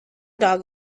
dog